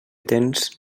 tens